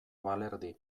balerdi